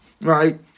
right